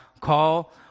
call